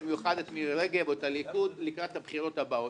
במיוחד את מירי רגב או את הליכוד לקראת הבחירות הבאות.